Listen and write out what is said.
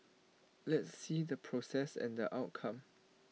let's see the process and the outcome